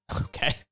Okay